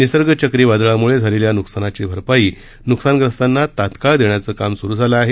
निसर्ग चक्रीवादळामुळे झालेल्या नुकसानाची भरपाई नुकसानग्रस्तांना तात्काळ देण्याचे काम सुरु झाले आहे